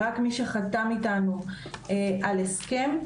ממשלתיים, רק מי שחתם איתנו על הסכם,